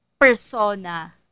persona